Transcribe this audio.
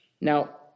Now